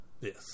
Yes